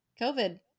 COVID